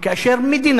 ראש ממשלה,